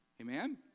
Amen